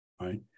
right